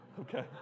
Okay